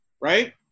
right